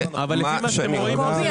קובי,